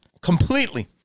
Completely